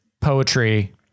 poetry